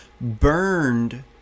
burned